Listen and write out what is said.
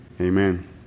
Amen